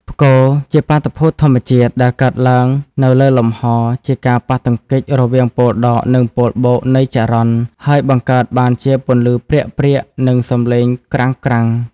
ផ្គរ ជាបាតុភូតធម្មជាតិដែលកើតឡើងនៅលើលំហជាការ ប៉ះទង្គិចរវាងប៉ូលដក និងប៉ូលបូកនៃចរន្តហើយបង្កើតបានជាពន្លឺព្រាកៗនិងសំឡេងក្រាំងៗ។